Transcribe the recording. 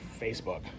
Facebook